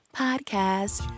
podcast